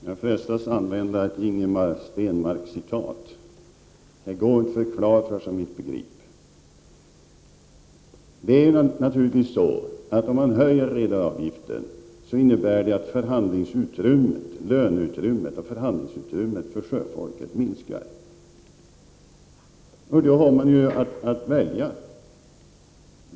Herr talman! Jag frestas använda ett Ingemar Stenmark-citat: ”Hä gå int förklar för en som int begrip”. Det är naturligtvis så att om man höjer redaravgiften så innebär det att förhandlingsutrymmet om löner för sjöfolket minskar. Då har man att välja.